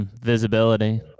visibility